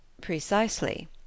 —Precisely